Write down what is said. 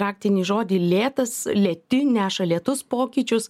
raktinį žodį lėtas lėti neša lėtus pokyčius